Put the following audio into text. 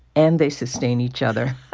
and they sustain each other.